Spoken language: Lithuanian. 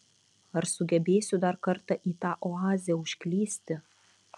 ar sugebėsiu dar kartą į tą oazę užklysti